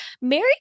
Mary